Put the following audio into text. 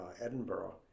Edinburgh